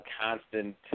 constant